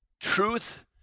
truth